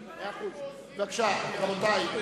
לסדר.